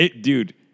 Dude